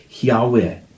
yahweh